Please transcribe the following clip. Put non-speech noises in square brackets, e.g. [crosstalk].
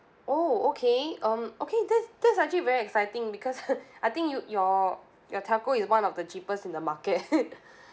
oh okay um okay that's that's actually very exciting because [laughs] I think you your your telco is one of the cheapest in the market [laughs]